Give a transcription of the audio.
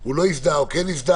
שהוא לא הזדהה או כן הזדהה,